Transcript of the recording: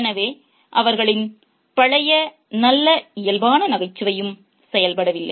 எனவேஅவர்களின் பழைய நல்ல இயல்பான நகைச்சுவையும் செயல்படவில்லை